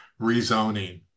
rezoning